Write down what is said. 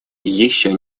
еще